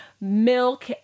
milk